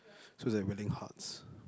so is like willing hearts